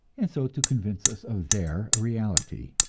and so to convince us of their reality!